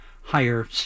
higher